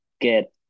get